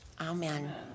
Amen